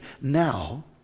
now